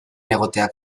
egoteak